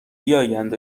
بیایند